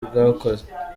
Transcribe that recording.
bwakoze